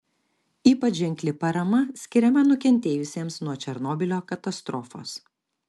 ypač ženkli parama skiriama nukentėjusiems nuo černobylio katastrofos